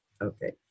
okay